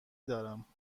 دارم